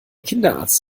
kinderarzt